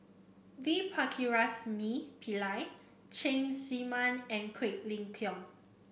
V Pakirisamy Pillai Cheng Tsang Man and Quek Ling Kiong